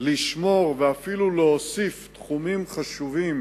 לשמור ואפילו להוסיף תחומים חשובים